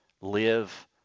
Live